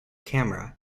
camera